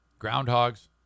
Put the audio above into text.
Groundhogs